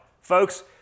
folks